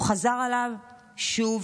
הוא חזר עליו שוב,